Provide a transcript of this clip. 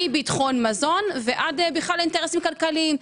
מביטחון מזון ועד אינטרסים כלכליים.